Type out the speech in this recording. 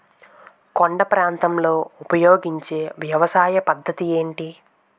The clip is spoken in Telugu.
కొండ ప్రాంతాల్లో ఉపయోగించే వ్యవసాయ పద్ధతి ఏంటి?